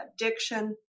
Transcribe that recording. addiction